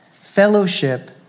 fellowship